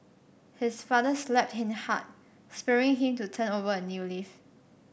his father slapped him hard spurring him to turn over a new leaf